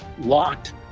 locked